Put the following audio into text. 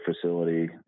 facility